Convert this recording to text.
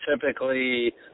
typically